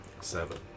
Seven